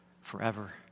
forever